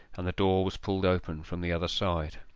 and the door was pulled open from the other side.